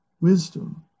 wisdom